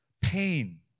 pain